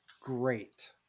great